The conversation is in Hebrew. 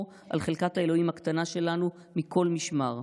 על חלקת האלוהים הקטנה שלנו מכל משמר.